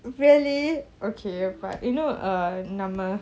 really okay but you know uh நம்ம:namma